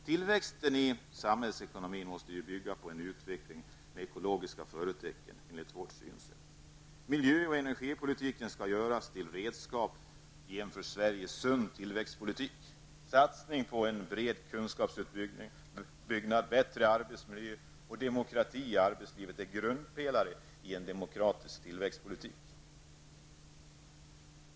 Tillväxten i samhällsekonomin måste enligt vårt synsätt bygga på en utveckling med ekologiska förtecken. Miljö och energipolitiken skall göras till redskap i en för Sverige sund tillväxtpolitik. Satsning på en bred kunskapsuppbyggnad, bättre arbetsmiljö och demokrati i arbetslivet är grundpelarna i en demokratisk tillväxtpolitik.